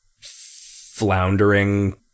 floundering